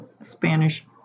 Spanish